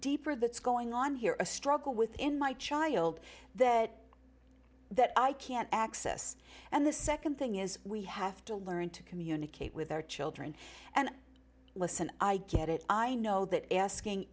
deeper that's going on here a struggle within my child that that i can't access and the nd thing is we have to learn to communicate with their children and listen i get it i know that asking